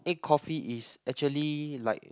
egg coffee is actually like